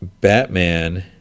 Batman